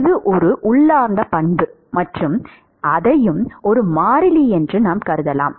இது ஒரு உள்ளார்ந்த பண்பு மற்றும் அதையும் ஒரு மாறிலி என்று நாம் கருதலாம்